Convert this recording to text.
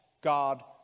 God